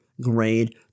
grade